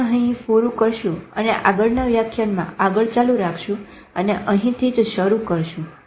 આપણે અહી પૂરું કરશું અને આગળના વ્યાખ્યાનમાં આગળ ચાલુ રાખશું અને અહીંથી શરુ કરશું